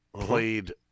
played